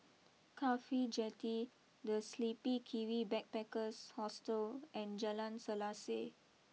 Cafhi Jetty the Sleepy Kiwi Backpackers Hostel and Jalan Selaseh